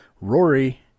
Rory